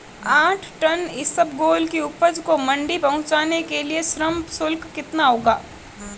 आठ टन इसबगोल की उपज को मंडी पहुंचाने के लिए श्रम शुल्क कितना होगा?